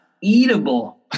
eatable